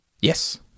Yes